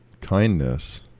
kindness